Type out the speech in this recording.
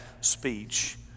speech